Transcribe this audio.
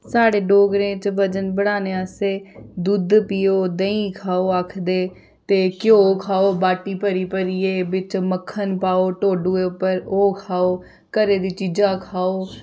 साढ़े डोगरें च बजन बड़ाने आस्तै दुद्ध पिओ देहीं खाओ आखदे ते घ्यो खाओ बाटी भरी भरियै बिच्च मक्खन पाओ टोडुए उप्पर ओह् खाओ घरै दी चीजां खाओ